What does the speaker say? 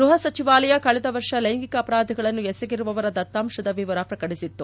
ಗೃಹ ಸಚಿವಾಲಯ ಕಳೆದ ವರ್ಷ ಲ್ಲೆಂಗಿಕ ಅಪರಾಧಗಳನ್ನು ಎಸಗಿರುವವರ ದತ್ತಾಂಶದ ವಿವರ ಪ್ರಕಟಿಸಿತ್ತು